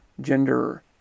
gender